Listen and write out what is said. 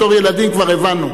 בתור ילדים כבר הבנו,